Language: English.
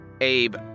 Abe